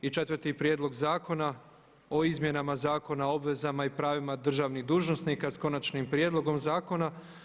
I četvrti Prijedlog zakona o izmjenama Zakona o obvezama i pravima državnih dužnosnika, s Konačnim prijedlogom zakona.